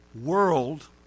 world